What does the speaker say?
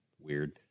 Weird